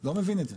לא מבין את זה,